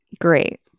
Great